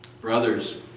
Brothers